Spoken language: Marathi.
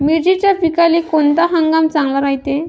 मिर्चीच्या पिकाले कोनता हंगाम चांगला रायते?